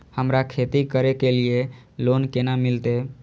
हमरा खेती करे के लिए लोन केना मिलते?